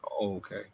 okay